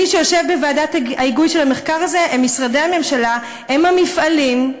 מי שיושבים בוועדת ההיגוי של המחקר הזה הם משרדי הממשלה והם המפעלים,